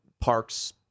Parks